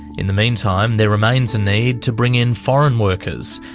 in the meantime, there remains a need to bring in foreign workers.